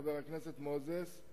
חבר הכנסת מוזס,